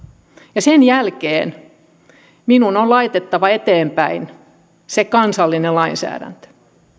ja sen jälkeen minun on laitettava eteenpäin se kansallinen lainsäädäntö